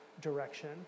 direction